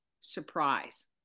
surprise